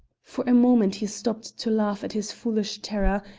for a moment he stopped to laugh at his foolish terror,